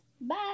Bye